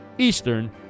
Eastern